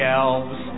elves